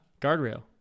guardrail